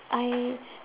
I